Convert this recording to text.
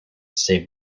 save